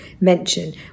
mention